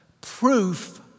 proof